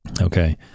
Okay